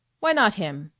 why not him?